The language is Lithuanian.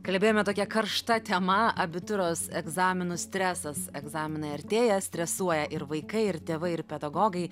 kalbėjome tokia karšta tema abitūros egzaminų stresas egzaminai artėja stresuoja ir vaikai ir tėvai ir pedagogai